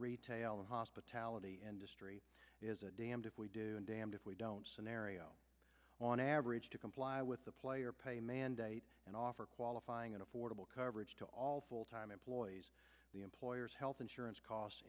retail and hospitality industry is a damned if we do damned if we don't scenario on average to comply with the player pay mandate and offer qualifying affordable coverage to all full time employees the employer's health insurance costs